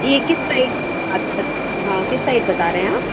ये किस साइड बात बत हाँ किस साइड बता रहें आप